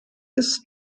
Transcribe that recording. ist